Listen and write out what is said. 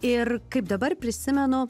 ir kaip dabar prisimenu